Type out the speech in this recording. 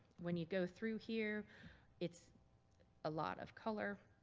when you go through here it's a lot of color.